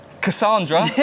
Cassandra